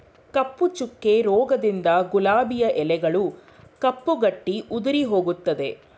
ಕಪ್ಪು ಚುಕ್ಕೆ ರೋಗದಿಂದ ಗುಲಾಬಿಯ ಎಲೆಗಳು ಕಪ್ಪು ಗಟ್ಟಿ ಉದುರಿಹೋಗುತ್ತದೆ